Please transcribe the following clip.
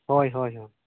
ᱦᱳᱭ ᱦᱳᱭ